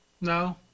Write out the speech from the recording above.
No